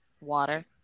Water